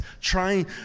trying